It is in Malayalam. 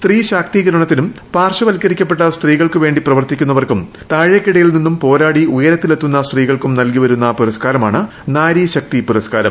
സ്ത്രീ ശാക്തീകരണത്തിനും പാർശ്വവൽക്കരിക്കപ്പെട്ട സ്ത്രീകൾക്കും വേണ്ടി പ്രവർത്തിക്കുന്നവർക്കും താഴെക്കിടയിൽ നിന്നും പോരാടി ഉയരത്തിൽ എത്തുന്ന സ്ത്രീകൾക്കും നൽകിവരുന്ന പുരസ്ക്കാരമാണ് നാരി ശക്തി പുരസ്ക്കാരം